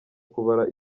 kubara